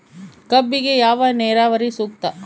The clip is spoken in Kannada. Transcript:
ಕಬ್ಬಿಗೆ ಯಾವ ನೇರಾವರಿ ಸೂಕ್ತ?